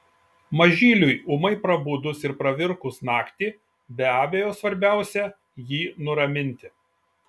mažyliui ūmai prabudus ir pravirkus naktį be abejo svarbiausia jį nuraminti